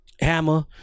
Hammer